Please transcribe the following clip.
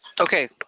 Okay